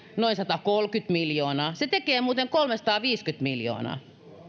noin satakolmekymmentä miljoonaa se tekee muuten kolmesataaviisikymmentä miljoonaa